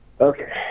Okay